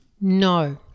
No